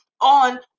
On